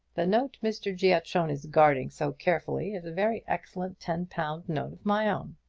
the note mr. giatron is guarding so carefully is a very excellent ten-pound note of my own.